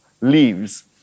leaves